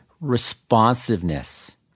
responsiveness